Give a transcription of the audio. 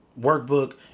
workbook